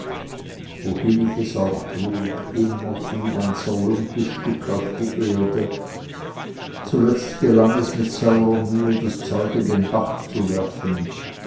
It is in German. wohin ich es auch trug immer fiel ein zerlumptes stück auf die erde zuletzt gelang es mit saurer mühe das zeug in den bach zu werfen